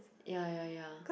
ya ya ya